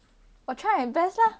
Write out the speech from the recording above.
我 try my best lah